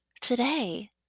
today